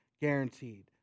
guaranteed